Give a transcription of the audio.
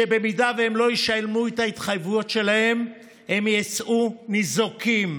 שבמידה שהם לא ישלמו את ההתחייבויות שלהם הם יצאו ניזוקים,